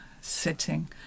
sitting